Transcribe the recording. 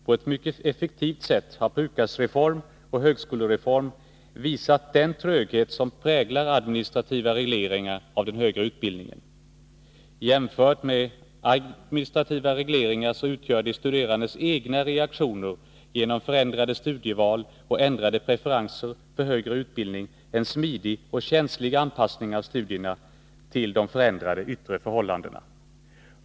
På ett mycket effektivt sätt har PUKAS-reformen och högskolereformen visat den tröghet som präglar administrativa regleringar av den högre utbildningen. Jämfört med administrativa regleringar utgör de studerandes egna reaktioner genom förändrade studieval och ändrade preferenser för högre utbildning en smidig och känslig anpassning av studierna till de förändrade yttre förhållandena.